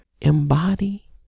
embody